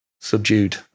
subdued